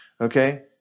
Okay